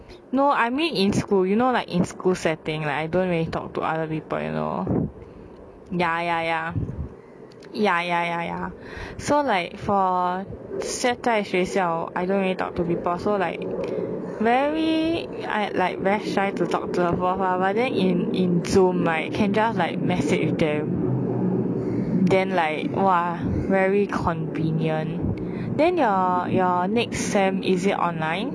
no I mean in school you know like in school setting like I don't really talk to other people you know ya ya ya ya ya ya ya so like for set 在学校 I don't really talk to people so like very I like very shy to talk to the prof ah but then in in zoom right can just like message them then like !wah! very convenient then your next sem is it online